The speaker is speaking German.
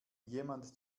jemand